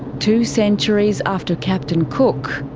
two centuries after captain cook,